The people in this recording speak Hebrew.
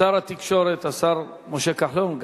שר התקשורת, השר משה כחלון.